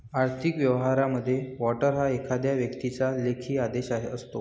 आर्थिक व्यवहारांमध्ये, वॉरंट हा एखाद्या व्यक्तीचा लेखी आदेश असतो